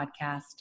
podcast